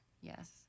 yes